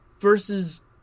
versus